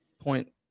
point